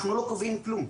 אנחנו לא קובעים כלום,